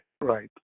Right